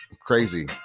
crazy